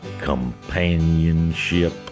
companionship